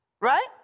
Right